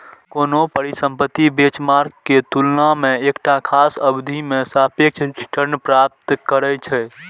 कोनो परिसंपत्ति बेंचमार्क के तुलना मे एकटा खास अवधि मे सापेक्ष रिटर्न प्राप्त करै छै